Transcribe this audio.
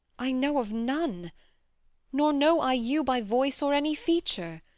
i know of none nor know i you by voice or any feature.